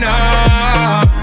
up